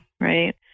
Right